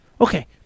Okay